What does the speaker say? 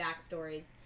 backstories